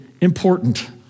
important